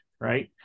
right